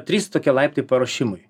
trys tokie laiptai paruošimui